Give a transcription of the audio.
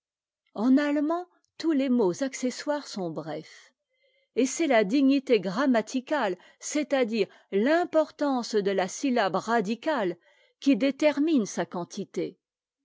en allemand tous les mots accessoires sont brefs et c'est la dignité grammaticale c'est-à-dire l'importance de tasytlabe radicale qui détermine sa quantité